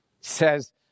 says